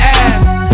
ass